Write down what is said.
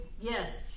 Yes